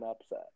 upset